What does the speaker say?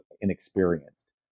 inexperienced